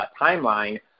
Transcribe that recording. timeline